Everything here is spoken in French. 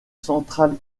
centrale